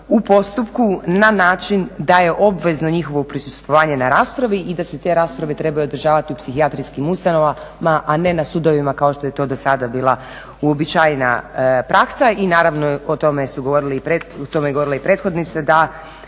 u postupku na način da je obvezno njihovo prisustvovanje na raspravi i da se te rasprave trebaju održavati u psihijatrijskim ustanovama, a ne na sudovima kao što je to do sada bila uobičajena praksa i naravno o tome je govorila i prethodnica da